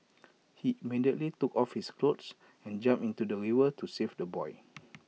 he immediately took off his clothes and jumped into the river to save the boy